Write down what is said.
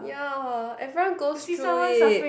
ya everyone goes through it